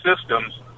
systems